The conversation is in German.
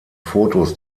fotos